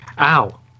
Ow